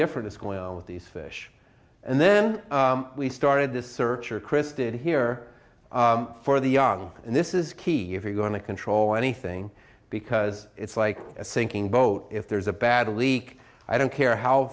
different is going on with these fish and then we started this search or christe it here for the young and this is key if you're going to control anything because it's like a sinking boat if there's a bad leak i don't care how